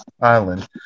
island